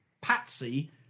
Patsy